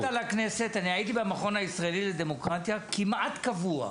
לפני שהגעת לכנסת אני הייתי במכון הישראלי לדמוקרטיה כמעט קבוע,